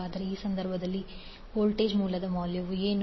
ಆದರೆ ಆ ಸಂದರ್ಭದಲ್ಲಿ ವೋಲ್ಟೇಜ್ ಮೂಲದ ಮೌಲ್ಯ ಏನು